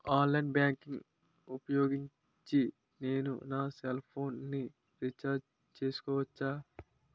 Online banking ఊపోయోగించి నేను నా సెల్ ఫోను ని రీఛార్జ్ చేసుకోవచ్చా?